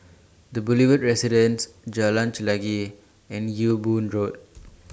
The Boulevard Residence Jalan Chelagi and Ewe Boon Road